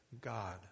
god